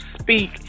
speak